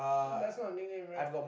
that's not a nickname right